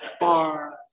bar